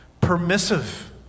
Permissive